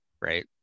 right